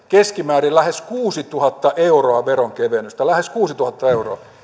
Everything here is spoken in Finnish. keskimäärin lähes kuusituhatta euroa veronkevennystä lähes kuusituhatta euroa